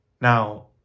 Now